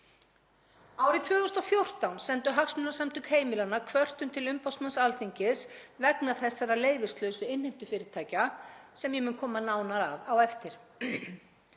Árið 2014 sendu Hagsmunasamtök heimilanna kvörtun til umboðsmanns Alþingis vegna þessara leyfislausu innheimtufyrirtækja sem ég mun koma nánar að á eftir.